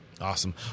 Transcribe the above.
Awesome